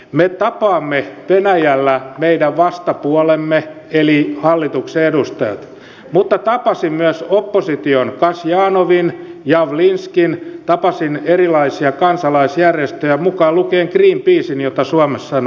me tapaamme venäjällä meidän vastapuolemme eli hallituksen edustajat mutta tapasin myös opposition kasjanovin ja javlinskin ja tapasin erilaisia kansalaisjärjestöjä mukaan lukien greenpeacen jota suomessa en ole koskaan tavannut